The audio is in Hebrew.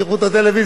תפתחו את הטלוויזיה.